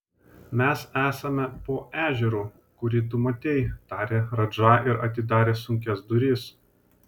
mes esame po ežeru kurį tu matei tarė radža ir atidarė sunkias duris